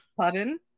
pardon